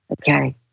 okay